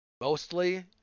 Mostly